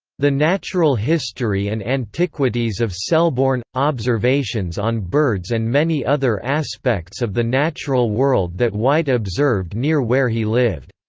the natural history and antiquities of selborne observations on birds and many other aspects of the natural world that white observed near where he lived.